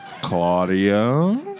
Claudio